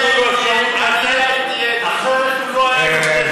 אחרת הוא לא היה יוצא,